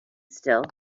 still